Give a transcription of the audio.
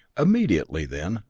immediately, then,